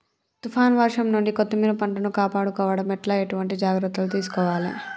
తుఫాన్ వర్షం నుండి కొత్తిమీర పంటను కాపాడుకోవడం ఎట్ల ఎటువంటి జాగ్రత్తలు తీసుకోవాలే?